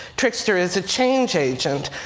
trickster is a change agent.